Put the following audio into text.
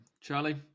Charlie